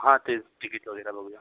हां तेच टिकीट वगैरे बघूया